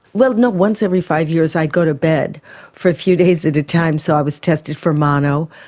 well no once every five years i'd go to bed for a few days at a time so i was tested for mono,